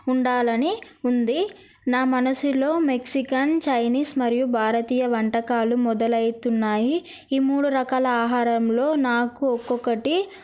ఉండాలని ఉంది నా మనసులో మెక్సికన్ చైనీస్ మరియు భారతీయ వంటకాలు మొదలైతున్నాయి ఈ మూడు రకాల ఆహారంలో నాకు ఒక్కొక్కటి